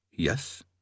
Yes